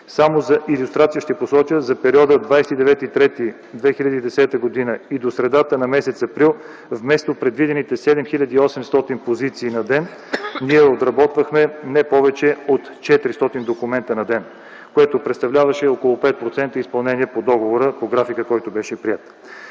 Само за илюстрация ще посоча: за периода 29.03.2010 г. и до средата на м. април вместо предвидените 7 800 позиции на ден, ние отработвахме не повече от 400 документа на ден, което представляваше около 5% изпълнение по договора по графика, който беше приет.